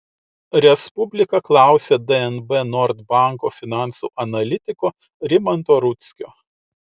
respublika klausė dnb nord banko finansų analitiko rimanto rudzkio